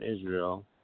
Israel